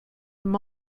them